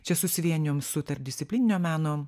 čia susivienijom su tarpdisciplininio meno